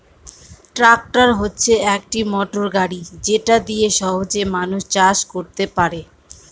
tractor হচ্ছে একটি motor গাড়ি যেটা দিয়ে সহজে মানুষ চাষ করতে পারে